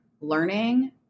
learning